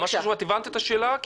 את הבנת את השאלה?